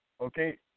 Okay